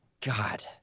God